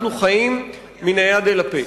אנחנו חיים מן היד אל הפה,